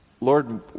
Lord